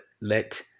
let